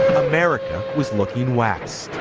america was looking west.